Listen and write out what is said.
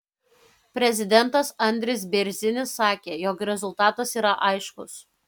prezidentas andris bėrzinis sakė jog rezultatas yra aiškus